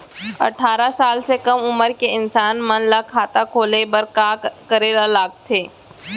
अट्ठारह साल से कम उमर के इंसान मन ला खाता खोले बर का करे ला लगथे?